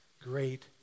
great